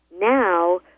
now